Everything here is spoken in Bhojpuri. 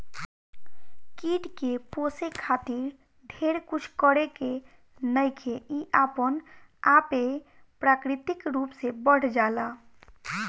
कीट के पोसे खातिर ढेर कुछ करे के नईखे इ अपना आपे प्राकृतिक रूप से बढ़ जाला